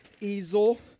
easel